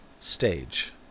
Stage